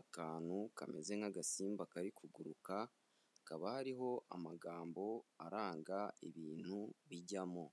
akantu kameze nk'agasimba kari kuguruka, hakaba hariho amagambo aranga ibintu bijyamo.